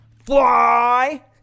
Fly